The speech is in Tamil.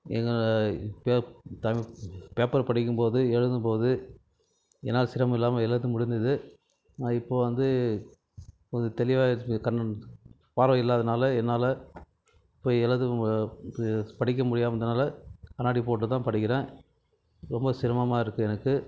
என்னோடய பேப்பர் படிக்கும் போது எழுதும் போது என்னால் சிரமம் இல்லாமல் எழுதுறதுக்கு முடிந்தது நான் இப்போது வந்து கொஞ்சம் தெளிவாக ஆயிருச்சு கண்ணு பார்வை இல்லாதனால் என்னால் இப்போ எழுதவும் படிக்க முடியாதனால் கண்ணாடி போட்டு தான் படிக்கிறேன் ரொம்ப சிரமமாக இருக்குது எனக்கு